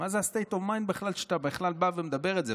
מה זה ה-state of mind שאתה בכלל בא ומדבר על זה?